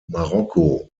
marokko